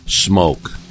Smoke